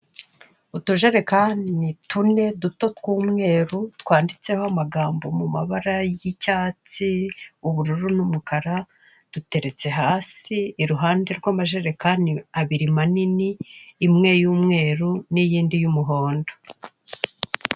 Utujerekani tune duto tw'umweru twanditseho amagambo mu mabara y'icyatsi, ubururu n'umukara duteretse hasi iruhande rw'amajerekani abiri manini imwe y'umweru n'iyindi y'umuhondo.